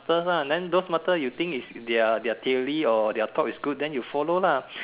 first one then those master if you think they are daily or their talk is good then you follow lah